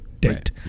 date